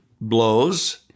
blows